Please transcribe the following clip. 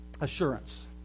Assurance